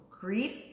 grief